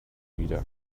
wieder